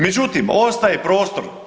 Međutim, ostaje prostor.